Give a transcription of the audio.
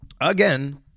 Again